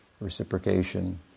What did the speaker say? reciprocation